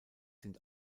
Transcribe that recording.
sind